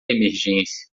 emergência